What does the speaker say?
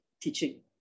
teaching